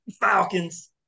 Falcons